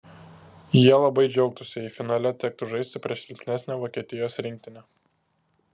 jie labai džiaugtųsi jei finale tektų žaisti prieš silpnesnę vokietijos rinktinę